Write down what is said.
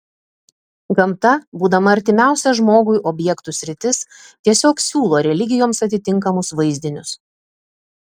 gamta būdama artimiausia žmogui objektų sritis tiesiog siūlo religijoms atitinkamus vaizdinius